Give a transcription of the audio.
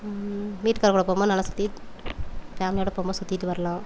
வீட்டுக்காரரு கூட போகும்போது நல்லா சுற்றி ஃபேம்லியோடு போகும்போது நல்லா சுத்திவிட்டு வரலாம்